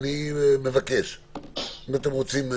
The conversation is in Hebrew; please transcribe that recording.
אם אתם רוצים,